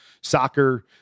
soccer